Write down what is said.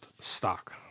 stock